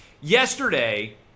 Yesterday